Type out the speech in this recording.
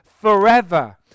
forever